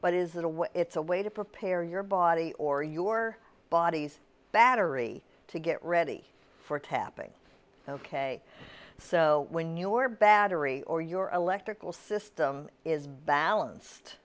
but is that a way it's a way to prepare your body or your bodies battery to get ready for tapping ok so when your battery or your electrical system is balanced